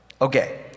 Okay